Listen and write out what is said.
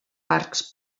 parcs